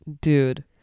dude